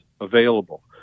available